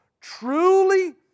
Truly